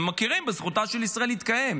הם מכירים בזכותה של ישראל להתקיים,